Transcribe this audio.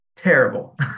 terrible